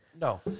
No